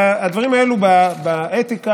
הדברים האלה באתיקה